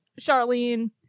Charlene